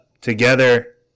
together